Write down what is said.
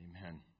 Amen